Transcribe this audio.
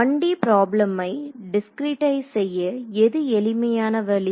1D பிராப்ளமை discretize செய்ய எது எளிமையான வழி